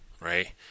right